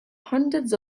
hundreds